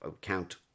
count